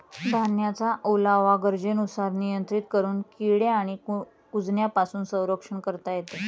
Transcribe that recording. धान्याचा ओलावा गरजेनुसार नियंत्रित करून किडे आणि कुजण्यापासून संरक्षण करता येते